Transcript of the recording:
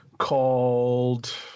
Called